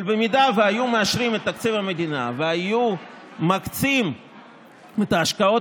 אבל אם היו מאשרים את תקציב המדינה והיו מקצים את ההשקעות